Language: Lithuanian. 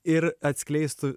ir atskleistų